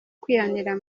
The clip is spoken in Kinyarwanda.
kwihanira